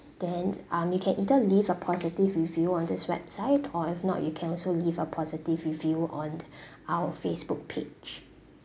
then um you can either leave a positive review on this website or if not you can also leave a positive review on our facebook page